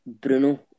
Bruno